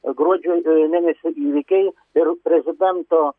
gruodžio mėnesio įvykiai ir prezidento